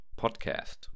Podcast